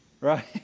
right